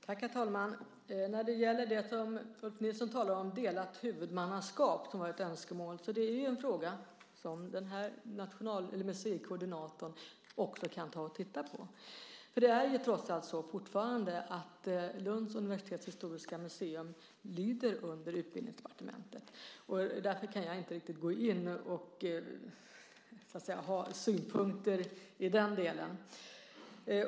Herr talman! När det gäller det som Ulf Nilsson talar om, önskemål om delat huvudmannaskap, är det en fråga som museikoordinatorn också kan titta på. Lunds universitets historiska museum lyder under Utbildningsdepartementet. Därför kan jag inte riktigt gå in och ha synpunkter i den delen.